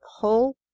pull